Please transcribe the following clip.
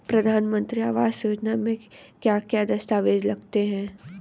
प्रधानमंत्री आवास योजना में क्या क्या दस्तावेज लगते हैं?